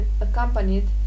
accompanied